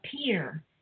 appear